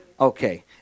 Okay